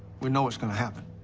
we know it's gonna happen.